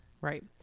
Right